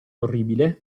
orribile